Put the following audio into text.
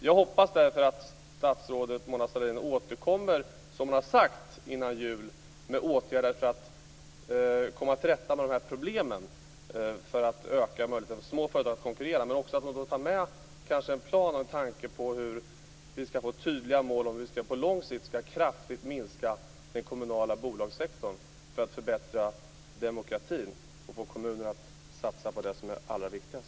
Jag hoppas därför att statsrådet Mona Sahlin återkommer, som hon har sagt, innan jul med åtgärder för att komma till rätta med de här problemen och för att öka möjligheten för små företag att konkurrera. Jag hoppas också att hon då tar med en plan på hur vi skall få tydliga mål för att på lång sikt kraftigt minska den kommunala bolagssektorn och förbättra demokratin och få kommunerna att satsa på det som är allra viktigast.